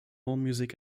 allmusic